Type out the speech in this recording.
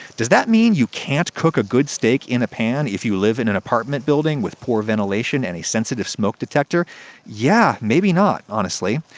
does that mean you can't cook a good steak in a pan if you live in an apartment building with poor ventilation and a sensitive smoke detector yeah, maybe not honestly.